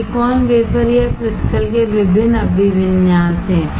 silicon wafer या crystal के विभिन्न अभिविन्यास हैं